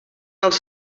els